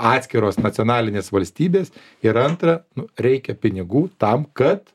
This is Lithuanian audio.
atskiros nacionalinės valstybės ir antra nu reikia pinigų tam kad